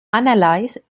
analysed